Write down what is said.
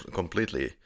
completely